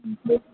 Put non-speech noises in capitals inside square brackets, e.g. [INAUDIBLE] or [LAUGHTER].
[UNINTELLIGIBLE]